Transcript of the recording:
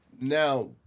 Now